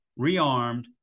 rearmed